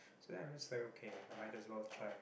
so then I'm just like okay I might as well try